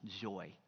joy